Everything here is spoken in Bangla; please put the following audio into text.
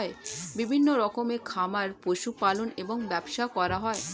বিভিন্ন রকমের খামারে পশু পালন এবং ব্যবসা করা হয়